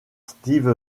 steve